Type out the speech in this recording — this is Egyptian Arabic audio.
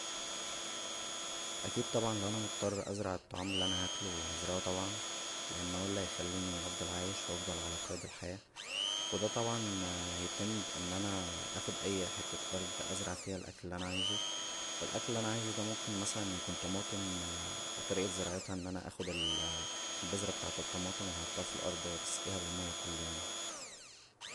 اكيد طبعا لو انا مضطر ازرع الطعام اللى انا هاكله هزرعه طبعا لان هو اللى هيخلينى افضل عايش و افضل على قيد الحياه و دا طبعا هيتم بان انا اخد اى حتة ارض ازرع فيها الاكل اللى انا عايزه و الاكل اللى انا عايزه دا ممكن مثلا يكون طماطم و طريقة زراعتها ان انا اخد البزره بتاعة الطماطم و احطها فالارض و اسقيها بالمياه كل يوم